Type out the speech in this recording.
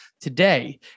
today